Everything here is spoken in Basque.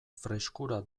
freskura